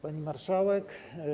Pani Marszałek!